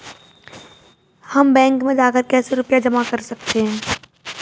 हम बैंक में जाकर कैसे रुपया जमा कर सकते हैं?